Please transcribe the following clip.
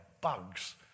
bugs